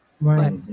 right